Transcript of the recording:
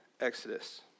Exodus